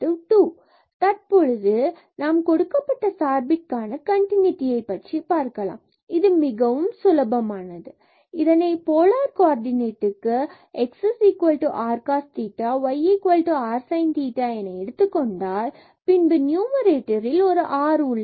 fx00fx0 f00x1 fy00f0y f00y 2 தற்பொழுது நாம் கொடுக்கப்பட்ட சார்பிற்கான கண்டினூட்டி பற்றி பார்க்கலாம் இது மிகவும் சுலபமானது மற்றும் இதனை போலார் கோ ஆர்டினேட் க்கு x r cos theta y r sin theta என எடுத்துக்கொண்டால் பின்பு நம்மிடம் நியூமரேடரில் ஒரு r உள்ளது